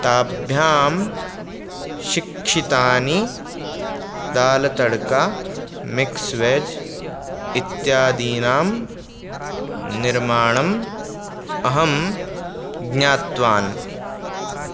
ताभ्यां शिक्षितानि दालतडका मिक्स्वेज् इत्यादीनां निर्माणम् अहं ज्ञातवान्